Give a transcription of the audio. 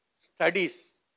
studies